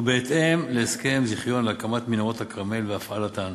ובהתאם להסכם זיכיון להקמת מנהרות הכרמל והפעלתן.